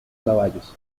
caballos